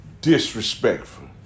disrespectful